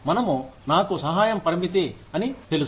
మనము నాకు సమయం పరిమితం అని తెలుసు